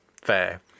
fair